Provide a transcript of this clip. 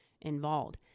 involved